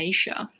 Asia